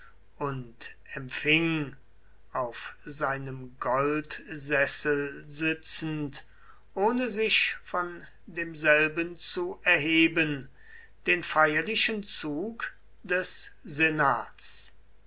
und empfing auf seinem goldsessel sitzend ohne sich von demselben zu erheben den feierlichen zug des senats